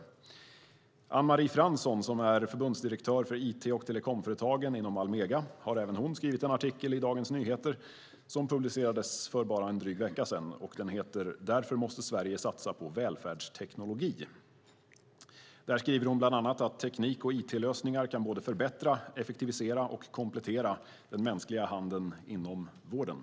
Även Anne-Marie Fransson, förbundsdirektör för IT & telekomföretagen inom Almega, har i Dagens Nyheter skrivit en artikel som publicerades för bara drygt en vecka sedan. Artikeln har rubriken "Därför måste Sverige satsa på välfärdsteknologi". Hon skriver bland annat att teknik och it-lösningar kan förbättra, effektivisera och komplettera den mänskliga handen inom vården.